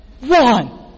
one